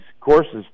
courses